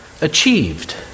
achieved